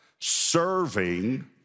serving